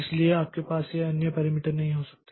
इसलिए आपके पास यह अन्य पैरामीटर नहीं हो सकते